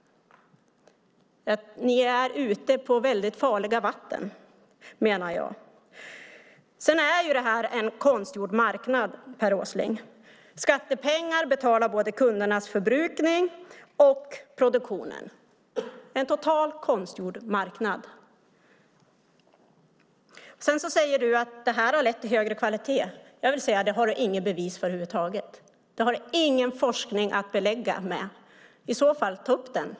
Ni är ute på väldigt farliga vatten, menar jag. Det här är en konstgjord marknad, Per Åsling. Skattepengar betalar både kundernas förbrukning och produktionen. Det är en totalt konstgjord marknad. Du säger att det här har lett till högre kvalitet. Jag vill säga att du inte har något bevis för det över huvud taget. Det finns ingen forskning som belägger det. Ta upp den i så fall!